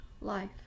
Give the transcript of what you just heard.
life